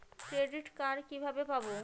Credit card কিভাবে পাব?